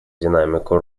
динамику